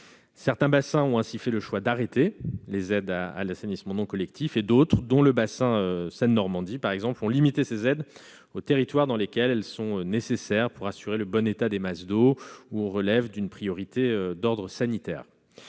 Certains bassins ont ainsi fait le choix d'arrêter le versement des aides à l'assainissement non collectif. D'autres, dont le bassin Seine-Normandie par exemple, ont limité ces aides aux territoires dans lesquels elles sont nécessaires pour assurer le bon état des masses d'eau ou relèvent d'une priorité d'ordre sanitaire.